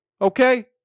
okay